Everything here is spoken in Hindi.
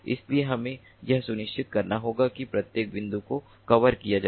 इसलिए हमें यह सुनिश्चित करना होगा कि प्रत्येक बिंदु को कवर किया जाए